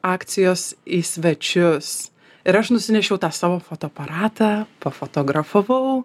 akcijos į svečius ir aš nusinešiau tą savo fotoaparatą pafotografavau